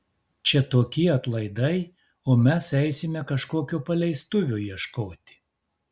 čia tokie atlaidai o mes eisime kažkokio paleistuvio ieškoti